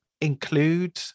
include